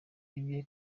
ibye